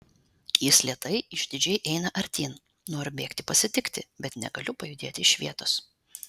jis lėtai išdidžiai eina artyn noriu bėgti pasitikti bet negaliu pajudėti iš vietos